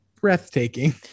breathtaking